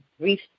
brief